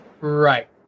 Right